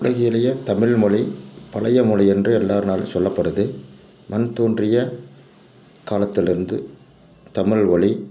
உலகிலேயே தமிழ்மொழி பழைய மொழி என்று எல்லோரினாலும் சொல்லப்படுது மண் தோன்றிய காலத்திலிருந்து தமிழ்மொழி